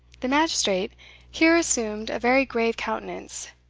the magistrate here assumed a very grave countenance.